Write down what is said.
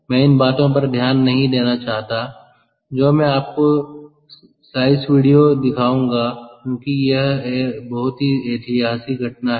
मैं इन बातों पर ध्यान नहीं देना चाहता जो मैं आपको स्लाइस वीडियो दिखाऊंगा क्योंकि यह एक बहुत ही ऐतिहासिक घटना है